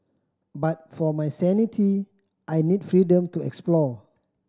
but for my sanity I need freedom to explore